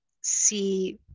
see